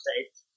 states